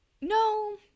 no